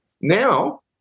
Now